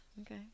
okay